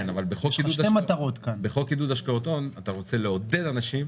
יש לך שתי מטרות כאן --- בחוק עידוד השקעות הון אתה רוצה לעודד אנשים